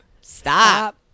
stop